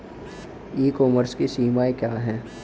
ई commerce की सीमाएं क्या हैं?